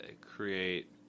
create